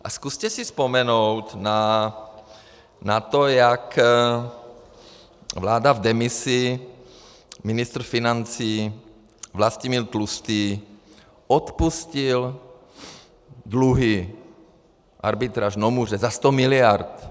A zkuste si vzpomenout na to, jak vláda v demisi, ministr financí Vlastimil Tlustý odpustil dluhy, arbitráž Nomuře, za sto miliard.